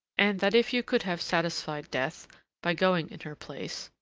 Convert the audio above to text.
and that if you could have satisfied death by going in her place,